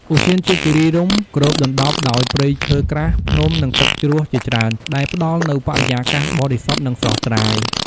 ឧទ្យានជាតិគិរីរម្យគ្របដណ្ដប់ដោយព្រៃឈើក្រាស់ ភ្នំ និងទឹកជ្រោះជាច្រើន ដែលផ្ដល់នូវបរិយាកាសបរិសុទ្ធ និងស្រស់ស្រាយ។